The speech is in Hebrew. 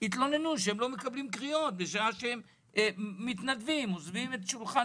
יתלוננו שהם לא מקבלים קריאות בשעה שהם מתנדבים - עוזבים את שולחן